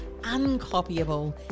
uncopyable